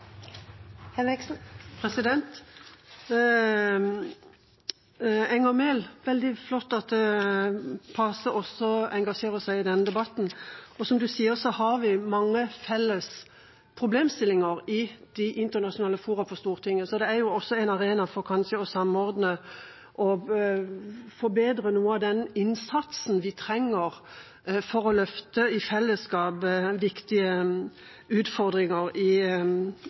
veldig flott at PACE også engasjerer seg i den debatten, og som hun sier, har vi mange felles problemstillinger i de internasjonale fora på Stortinget. Det er også en arena for kanskje å samordne og forbedre noe av den innsatsen de trenger for å løfte viktige utfordringer i fellesskap, spesielt i Europa, men også i